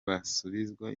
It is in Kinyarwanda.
basubizwa